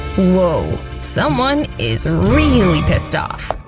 woah someone is really pissed off.